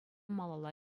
малалла